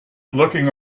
looking